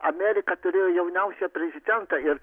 amerika turėjo jauniausią prezidentą ir